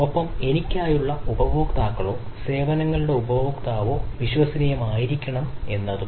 ഒപ്പം എനിക്കായുള്ള ഉപഭോക്താക്കളോ സേവനങ്ങളുടെ ഉപഭോക്താവോ വിശ്വസനീയമായിരിക്കണം എന്നതും